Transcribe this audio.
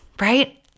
right